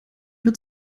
wird